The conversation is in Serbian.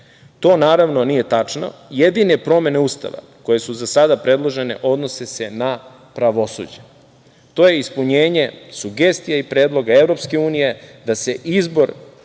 To naravno nije tačno. Jedine promene Ustava koje su za sada predložene odnose se na pravosuđe. To je ispunjenje sugestija i predloga EU da se izbor,